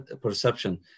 perception